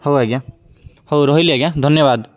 ହଉ ଆଜ୍ଞା ହଉ ରହିଲି ଆଜ୍ଞା ଧନ୍ୟବାଦ